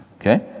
Okay